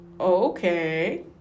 Okay